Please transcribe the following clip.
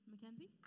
mackenzie